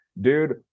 dude